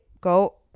go